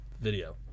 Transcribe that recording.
video